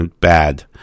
bad